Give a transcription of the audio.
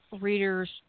readers